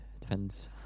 depends